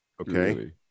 okay